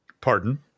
Pardon